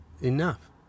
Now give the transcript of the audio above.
enough